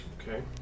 Okay